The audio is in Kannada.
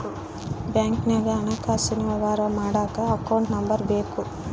ಬ್ಯಾಂಕ್ನಾಗ ಹಣಕಾಸಿನ ವ್ಯವಹಾರ ಮಾಡಕ ಅಕೌಂಟ್ ನಂಬರ್ ಬೇಕು